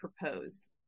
propose